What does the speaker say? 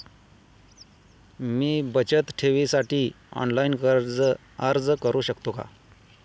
मी बचत ठेवीसाठी ऑनलाइन अर्ज करू शकतो का?